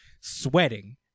sweating